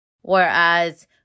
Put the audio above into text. whereas